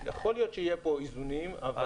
יכול להיות שיהיו פה איזונים אבל